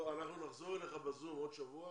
אנחנו נחזור אליך בזום בעוד שבוע